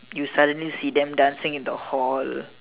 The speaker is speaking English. you suddenly see them dancing in the hall